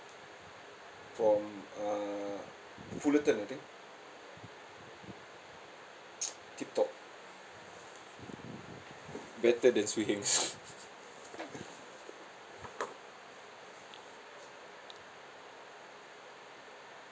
from uh fullerton I think tip top better than swee heng